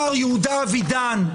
מר יהודה אבידן,